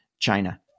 China